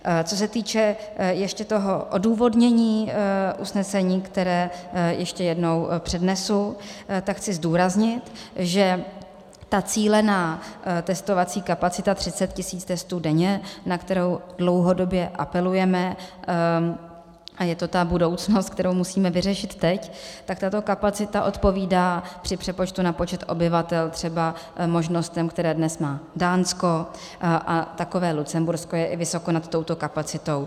Co se týče ještě toho odůvodnění usnesení, které ještě jednou přednesu, tak chci zdůraznit, že ta cílená testovací kapacita 30 tisíc testů denně, na kterou dlouhodobě apelujeme, a je to ta budoucnost, kterou musíme vyřešit teď, tak tato kapacita odpovídá při přepočtu na počet obyvatel třeba možnostem, které dnes má Dánsko, a takové Lucembursko je i vysoko nad touto kapacitou.